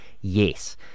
yes